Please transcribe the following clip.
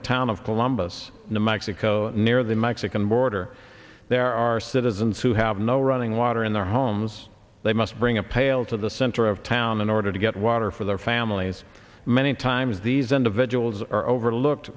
the town of columbus new mexico near the mexican border there are citizens who have no running water in their homes they must bring a pail to the center of town in order to get water for their families many times these individuals are overlooked